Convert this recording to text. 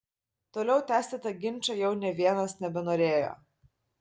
toliau tęsti tą ginčą jau nė vienas nebenorėjo